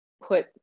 put